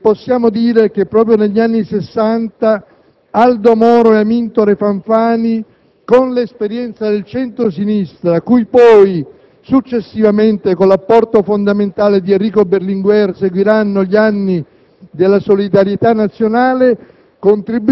In coscienza, possiamo dire che, proprio negli anni Sessanta, Aldo Moro e Amintore Fanfani, con l'esperienza del centro-sinistra, cui poi successivamente, con l'apporto fondamentale di Enrico Berlinguer, seguiranno gli anni